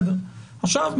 עכשיו,